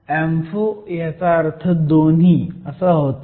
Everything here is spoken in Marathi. अँफो ह्याचा अर्थ दोन्ही असा होतो